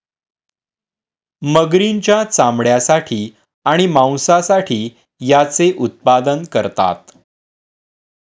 मगरींच्या चामड्यासाठी आणि मांसासाठी याचे उत्पादन करतात